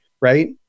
right